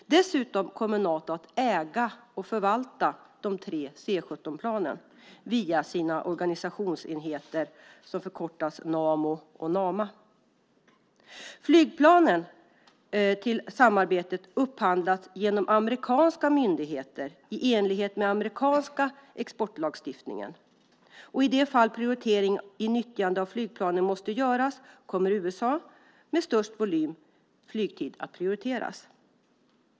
Dessutom kommer Nato att äga och förvalta de tre C 17-planen via sina organisationsenheter som förkortas Namo och Nama. Flygplanen till samarbetet upphandlas genom amerikanska myndigheter i enlighet med den amerikanska exportlagstiftningen. I de fall prioritering i nyttjandet av flygplanen måste göras kommer USA, med störst volym flygtid, att prioriteras.